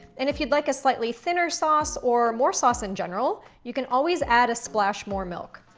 and if you'd like a slightly thinner sauce or more sauce in general, you can always add a splash more milk,